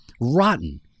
rotten